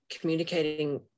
Communicating